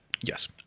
Yes